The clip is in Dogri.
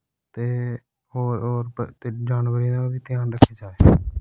ते और और ते जानबरें दा वी घ्यान रक्खी जाए